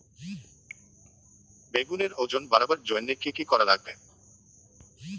বেগুনের ওজন বাড়াবার জইন্যে কি কি করা লাগবে?